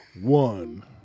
One